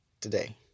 today